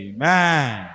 Amen